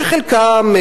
שחלקן,